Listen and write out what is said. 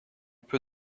peu